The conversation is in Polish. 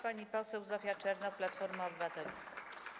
Pani poseł Zofia Czernow, Platforma Obywatelska.